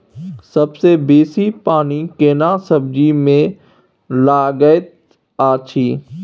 सबसे बेसी पानी केना सब्जी मे लागैत अछि?